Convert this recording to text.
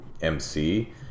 MC